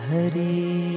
Hari